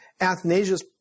Athanasius